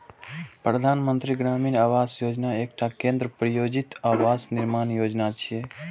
प्रधानमंत्री ग्रामीण आवास योजना एकटा केंद्र प्रायोजित आवास निर्माण योजना छियै